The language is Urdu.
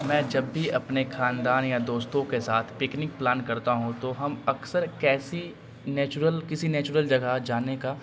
میں جب بھی اپنے خاندان یا دوستوں کے ساتھ پکنک پلان کرتا ہوں تو ہم اکثر کیسی نیچرل کسی نیچرل جگہ جانے کا